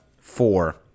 four